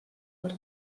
per